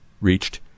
reached